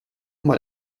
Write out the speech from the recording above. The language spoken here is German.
mal